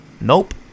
Nope